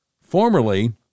formerly